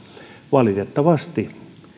valitettavasti